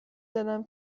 دلم